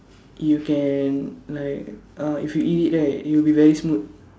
you can like uh if you eat it right it will be very smooth